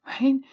right